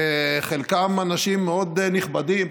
חלקם אנשים מאוד נכבדים,